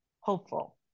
hopeful